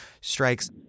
strikes